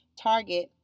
target